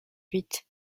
huit